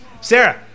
Sarah